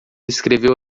escreveu